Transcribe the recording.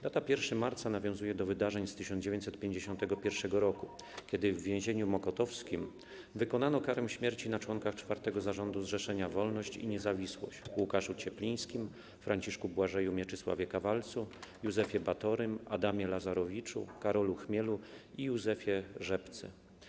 Data 1 marca nawiązuje do wydarzeń z 1951 r., kiedy w więzieniu mokotowskim wykonano karę śmierci na członkach IV Zarządu Zrzeszenia Wolność i Niezawisłość - Łukaszu Cieplińskim, Franciszku Błażeju, Mieczysławie Kawalcu, Józefie Batorym, Adamie Lazarowiczu, Karolu Chmielu i Józefie Rzepce.